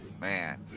man